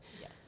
Yes